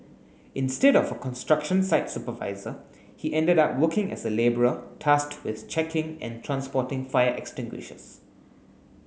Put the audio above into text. instead of a construction site supervisor he ended up working as a labourer tasked with checking and transporting fire extinguishers